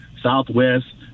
Southwest